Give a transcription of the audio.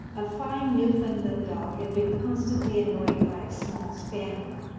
a fine newfoundland dog had been constantly annoyed by a small spaniel.